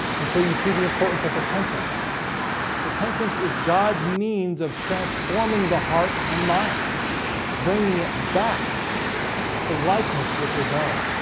and so you see the importance of repentance repentance is god's means of transforming the heart and mind bringing it back to likeness with his own